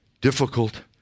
difficult